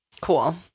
Cool